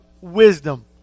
wisdom